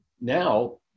now